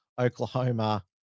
Oklahoma